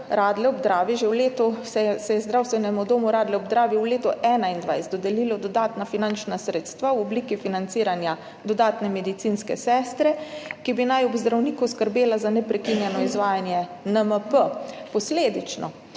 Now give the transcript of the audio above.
prebivalcev. Ravno zato se je Zdravstvenemu domu Radlje ob Dravi že v letu 2021 dodelilo dodatna finančna sredstva v obliki financiranja dodatne medicinske sestre, ki naj bi ob zdravniku skrbela za neprekinjeno izvajanje NMP. Posledično